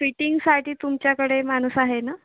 फिटिंगसाठी तुमच्याकडे माणूस आहे ना